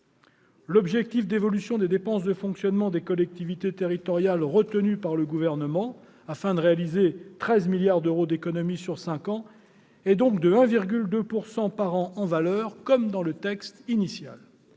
L'objectif d'évolution des dépenses de fonctionnement des collectivités territoriales retenu par le Gouvernement afin de réaliser 13 milliards d'euros d'économies sur cinq ans est donc de 1,2 % par an en valeur, comme dans le texte initial.